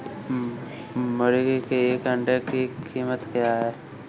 मुर्गी के एक अंडे की कीमत क्या है?